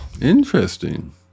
Interesting